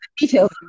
details